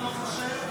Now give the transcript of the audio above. חייך לו לפרצוף,